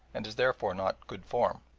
and is therefore not good form.